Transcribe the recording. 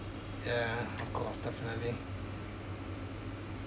ya of course definitely